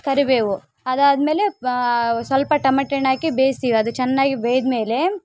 ಕರಿಬೇವು ಅದಾದ್ಮೇಲೆ ಸ್ವಲ್ಪ ಟಮಟೆಹಣ್ ಹಾಕಿ ಬೇಯಿಸ್ತೀವ್ ಅದು ಚೆನ್ನಾಗಿ ಬೇಯಿದ್ಮೇಲೆ